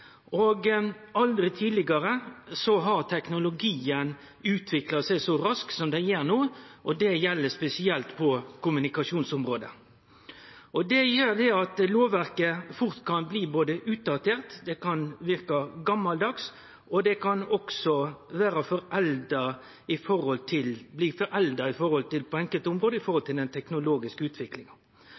og aldri tidlegare har teknologien utvikla seg så raskt som han gjer no, og det gjeld spesielt på kommunikasjonsområdet. Det gjer at lovverket fort kan bli utdatert, det kan verke gammaldags og også bli forelda på enkelte område i høve til den teknologiske utviklinga. Det kan medføre at vi i dag har kommunikasjonsmåtar som vi ikkje tenkte på